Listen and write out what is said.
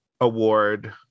award